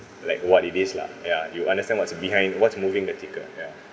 like what it is lah ya you understand what's behind what's moving the ticker ya